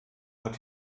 hat